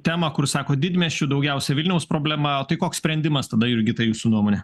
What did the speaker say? temą kur sakot didmiesčių daugiausia vilniaus problema o tai koks sprendimas tada jurgita jūsų nuomone